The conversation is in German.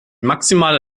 maximale